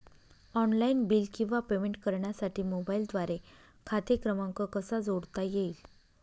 Online bill किंवा payment करण्यासाठी मोबाईलद्वारे खाते क्रमांक कसा जोडता येईल?